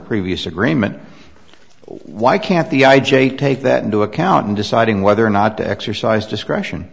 previous agreement why can't the i j a take that into account in deciding whether or not to exercise discretion